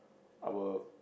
our